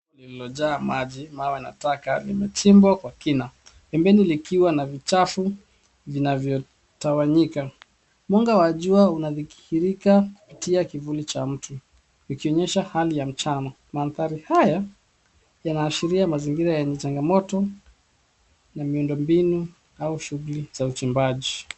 Lililojaa maji na taka limechimbwa kwa kina. Pembeni likiwa na vichafu vinavyotawanyika. Mwanga wa jua unadhihirika kupitia kivuli cha mtu ikionyesha hali ya mchana. Mandhari haya yanaashiria mazingira yenye changamoto na miundo mbinu au shughuli za uchimbaji.